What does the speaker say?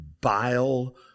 bile